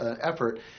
effort